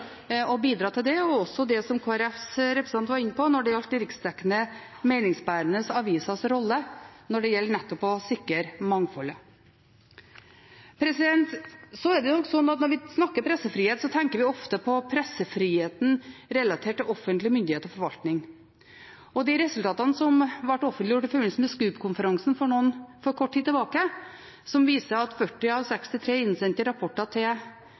kan bidra til å sikre muligheten til god journalistikk, og det som Kristelig Folkepartis representant var inne på når det gjelder riksdekkende, meningsbærende avisers rolle for nettopp å sikre mangfoldet. Så er det slik at når vi snakker om pressefrihet, tenker vi ofte på pressefriheten relatert til offentlig myndighet og forvaltning. De resultatene som ble offentliggjort i forbindelse med SKUP-konferansen for kort tid tilbake, viser at 40 av 63 innsendte rapporter til